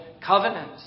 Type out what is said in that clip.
covenant